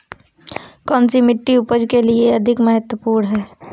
कौन सी मिट्टी उपज के लिए अधिक महत्वपूर्ण है?